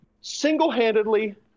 single-handedly